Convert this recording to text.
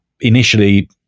initially